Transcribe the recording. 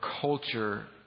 culture